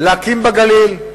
להקים בגליל,